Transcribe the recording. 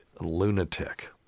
lunatic